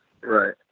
Right